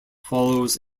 follows